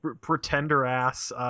pretender-ass